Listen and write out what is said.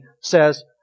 says